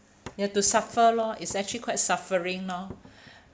you have to suffer lor it's actually quite suffering lor